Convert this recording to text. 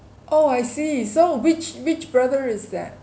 oh I see so which which brother is that